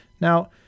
Now